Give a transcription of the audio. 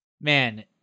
man